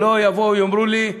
שלא יבואו ויאמרו לי: